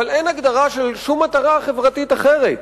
אבל אין הגדרה של שום מטרה חברתית אחרת.